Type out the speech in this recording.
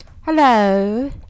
Hello